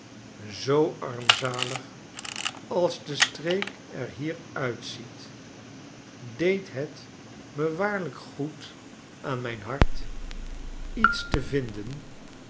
zoo armzalig als de streek er hier uitziet deed het me waarlijk goed aan mijn hart iets te vinden